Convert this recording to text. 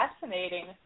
fascinating